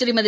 Shrimati